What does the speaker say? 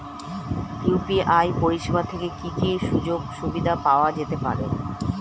UPI পরিষেবা থেকে কি কি সুযোগ সুবিধা পাওয়া যেতে পারে?